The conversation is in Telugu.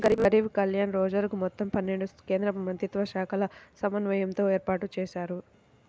గరీబ్ కళ్యాణ్ రోజ్గర్ మొత్తం పన్నెండు కేంద్రమంత్రిత్వశాఖల సమన్వయంతో ఏర్పాటుజేశారు